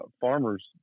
farmers